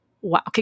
wow